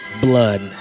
blood